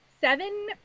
seven